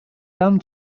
dam